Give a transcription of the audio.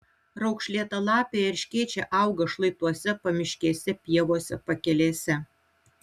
raukšlėtalapiai erškėčiai auga šlaituose pamiškėse pievose pakelėse